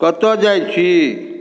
कतऽ जाइ छी